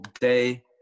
day